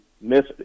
miss